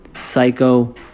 Psycho